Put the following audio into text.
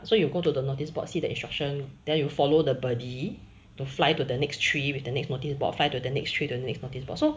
so you go to the notice board see the instruction then you follow the birdy to fly to the next tree with the next notice board fly to the next tree to the next notice board